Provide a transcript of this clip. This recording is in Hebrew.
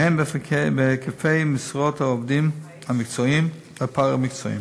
והן בהיקפי משרות העובדים המקצועיים והפארה-מקצועיים.